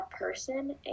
person